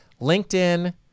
linkedin